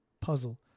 puzzle